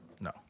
No